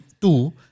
two